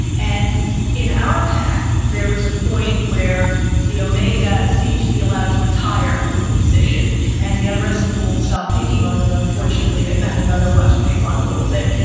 and in our pack there was a point where the omega seemed to be allowed to retire from the position and the ah the rest of the wolves stopped picking on him. and unfortunately, they found another to pick on a little bit.